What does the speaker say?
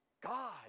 God